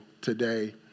today